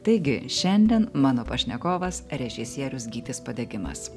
taigi šiandien mano pašnekovas režisierius gytis padegimas